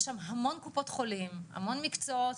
יש שם המון קופות חולים, המון מקצועות